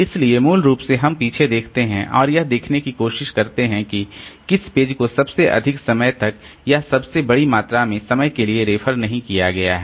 इसलिए मूल रूप से हम पीछे देखते हैं और यह देखने की कोशिश करते हैं कि किस पेज को सबसे अधिक समय तक या सबसे बड़ी मात्रा में समय के लिए रेफर नहीं किया गया है